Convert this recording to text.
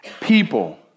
people